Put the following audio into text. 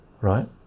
right